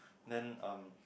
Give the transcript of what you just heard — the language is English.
then um